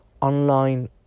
online